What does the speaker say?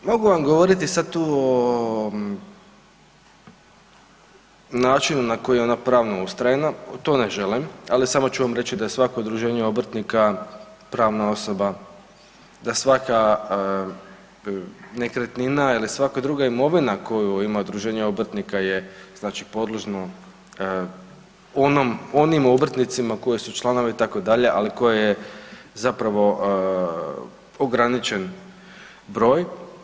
Mogu vam govoriti sad tu o načinu na koji je ona pravno ustrojena, to ne želim, ali samo ću vam reći da je svako udruženje obrtnika pravna osoba, da svaka nekretnina ili svaka druga imovina koju ima udruženje obrtnika znači je podloženo onom, onim obrtnicima koji su članovi itd., ali koje je zapravo ograničen broj.